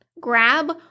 grab